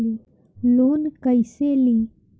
Loan कईसे ली?